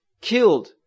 killed